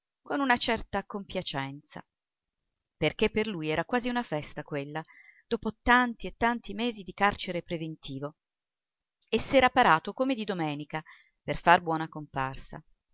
con una certa compiacenza perché per lui era quasi una festa quella dopo tanti e tanti mesi di carcere preventivo e s'era parato come di domenica per far buona comparsa